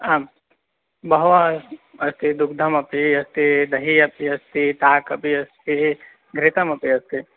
आं बहवः अस् अस्ति दुग्धमपि अस्ति दहिः अपि अस्ति ताक् अपि अस्ति घृतमपि अस्ति